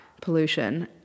Pollution